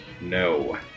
No